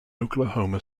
oklahoma